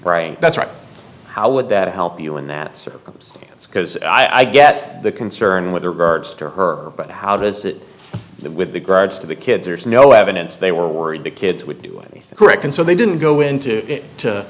that's right how would that help you in that circumstance because i get the concern with regards to her but how does it with the guards to the kids there's no evidence they were worried the kids would do anything correct and so they didn't go into it